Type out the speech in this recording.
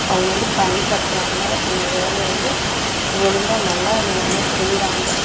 அவங்க வந்து பயன்படுத்துறாங்கள் அவங்க வேலையை வந்து ஒழுங்கா நல்லா நேர்மையாக செய்கிறாங்க